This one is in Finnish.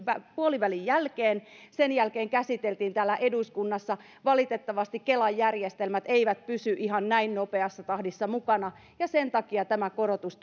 puolivälin jälkeen ja sen jälkeen käsiteltiin täällä eduskunnassa valitettavasti kelan järjestelmät eivät pysy ihan näin nopeassa tahdissa mukana ja sen takia tämä korotus